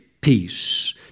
peace